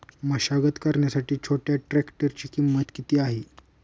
मशागत करण्यासाठी छोट्या ट्रॅक्टरची किंमत किती आहे?